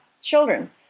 children